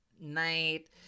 night